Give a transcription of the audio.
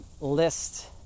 list